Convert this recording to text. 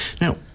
Now